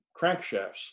crankshafts